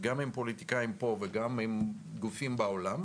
גם עם פוליטיקאים פה וגם עם גופים בעולם,